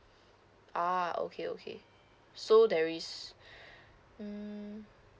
ah okay okay so there is mm